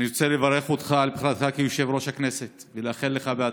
אני רוצה לברך אותך על בחירתך כיושב-ראש הכנסת ולאחל לך בהצלחה.